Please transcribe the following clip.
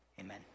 Amen